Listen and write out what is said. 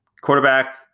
Quarterback